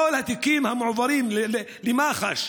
כל התיקים המועברים למח"ש,